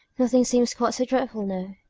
nothing seems quite so dreadful now.